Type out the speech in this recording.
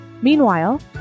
Meanwhile